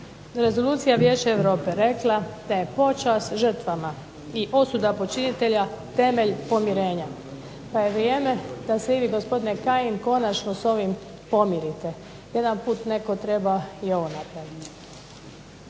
rezolucija Vijeća Europe rekla da je počast žrtava i osuda počinitelja temelj pomirenja pa je vrijeme da se i vi gospodine Kajin konačno s ovim pomirite. Jedanput netko treba i ovo napraviti.